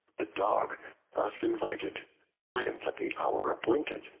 the dog invited went at the hour appointed,